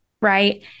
right